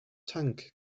tank